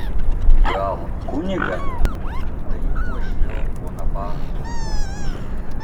gal kunigą tai uošvio bonaparto balsas